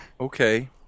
Okay